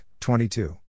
22